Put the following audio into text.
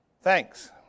thanks